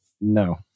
no